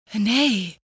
Nay